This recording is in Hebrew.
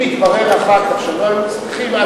אם מתברר אחר כך שלא היו צריכים,